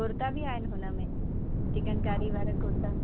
कुर्ता बि आहिनि हुन में चिकनकारी वारा कुर्ता